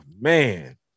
man